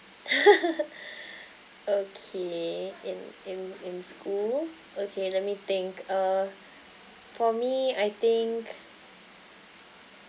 okay in in in school okay let me think uh for me I think